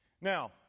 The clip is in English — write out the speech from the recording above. Now